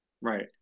Right